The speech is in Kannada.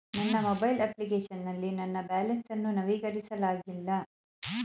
ನನ್ನ ಮೊಬೈಲ್ ಅಪ್ಲಿಕೇಶನ್ ನಲ್ಲಿ ನನ್ನ ಬ್ಯಾಲೆನ್ಸ್ ಅನ್ನು ನವೀಕರಿಸಲಾಗಿಲ್ಲ